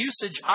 usage